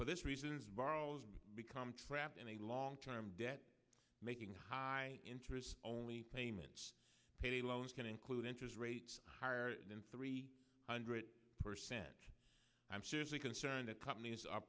for this reason become trapped in a long term debt making high interest only payments payday loans can include interest rates higher than three hundred percent i'm seriously concerned that companies are